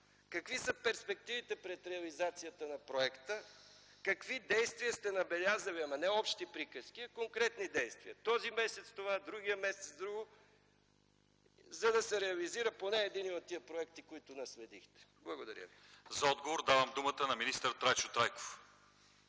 какви са перспективите пред реализацията на проекта? Какви действия сте набелязали – но не общи приказки, а конкретни действия - този месец това, другият месец - друго, за да се реализира поне един от тези проекти, които наследихте? Благодаря Ви. ПРЕДСЕДАТЕЛ ЛЪЧЕЗАР ИВАНОВ: За отговор давам думата на министър Трайчо Трайков.